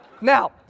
Now